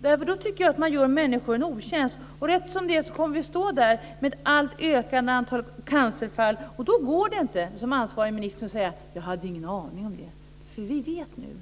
Då gör man människor en otjänst. Rätt som det är kommer vi att stå där med ett allt ökande antal cancerfall. Och då går det inte som ansvarig minister att säga: Jag hade ingen aning om det. Vi vet nu.